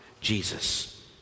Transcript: Jesus